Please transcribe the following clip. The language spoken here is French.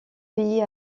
pays